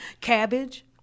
cabbage